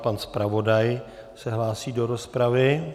Pan zpravodaj se hlásí do rozpravy.